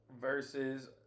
versus